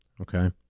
okay